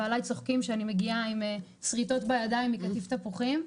ועליי צוחקים שאני מגיעה עם שריטות בידיים מקטיף תפוחים.